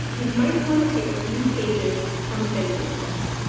we might want to take a few pages from finland's book.